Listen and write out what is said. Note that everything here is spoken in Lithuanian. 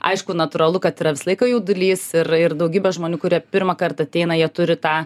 aišku natūralu kad yra visą laiką jaudulys ir ir daugybė žmonių kurie pirmą kartą ateina jie turi tą